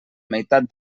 meitat